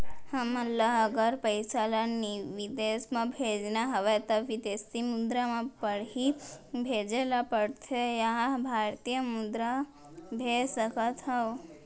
हमन ला अगर पइसा ला विदेश म भेजना हवय त विदेशी मुद्रा म पड़ही भेजे ला पड़थे या भारतीय मुद्रा भेज सकथन का?